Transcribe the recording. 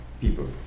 people